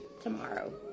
tomorrow